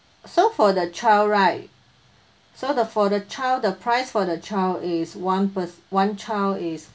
so for the child right so the for the child the price for the child is one pers~ one child is